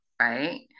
right